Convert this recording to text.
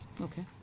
okay